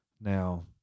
Now